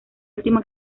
último